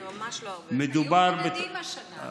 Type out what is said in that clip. זה ממש לא הרבה, מדובר, היו בודדים השנה.